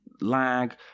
lag